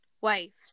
wife